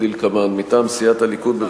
כדלקמן: מטעם סיעת הליכוד,